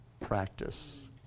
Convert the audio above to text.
practice